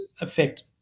affect